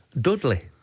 Dudley